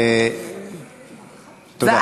תודה.